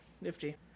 Nifty